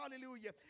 hallelujah